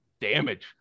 damage